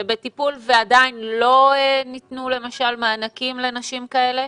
זה בטיפול ועדיין לא ניתנו למשל מענקים לנשים כאלה?